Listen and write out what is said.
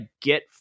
get